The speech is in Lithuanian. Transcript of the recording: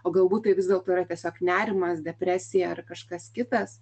o galbūt tai vis dėlto yra tiesiog nerimas depresija ar kažkas kitas